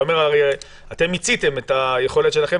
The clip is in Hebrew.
אתה אומר: אתם מיציתם את היכולת שלכם,